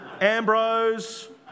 Ambrose